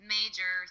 major